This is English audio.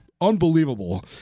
unbelievable